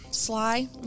sly